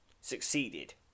Succeeded